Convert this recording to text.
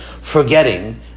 Forgetting